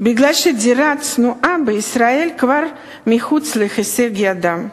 מפני שדירה צנועה בישראל כבר מחוץ להישג ידם?